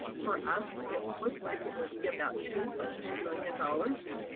for us, it looks like it will be about two point two million dollars.